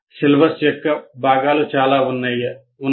syllabus యొక్క భాగాలు చాలా ఉన్నాయి